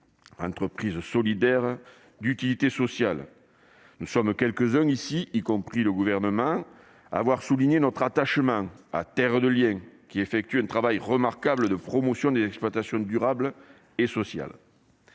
entreprises solidaires d'utilité sociale ». Nous sommes quelques-uns ici, y compris le Gouvernement, à avoir souligné notre attachement à Terre de Liens, qui effectue un travail remarquable de promotion des exploitations durables et sociales.